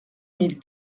mille